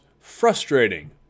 frustrating